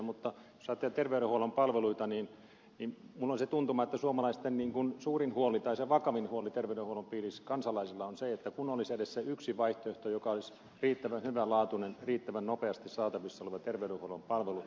mutta jos ajatellaan terveydenhuollon palveluita niin minulla on se tuntuma että suomalaisten suurin huoli tai kansalaisilla se vakavin huoli terveydenhuollon piirissä on se että kun olisi edes se yksi vaihtoehto joka olisi riittävän hyvälaatuinen riittävän nopeasti saatavissa oleva terveydenhuollon palvelu